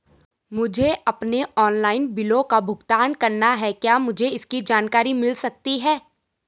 मुझे अपने ऑनलाइन बिलों का भुगतान करना है क्या मुझे इसकी जानकारी मिल सकती है?